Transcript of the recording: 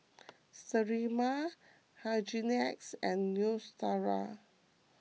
Sterimar Hygin X and Neostrata